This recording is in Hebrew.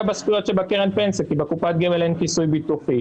בזכויות שבקרן פנסיה כי בקופת הגמל אין כיסוי ביטוחי,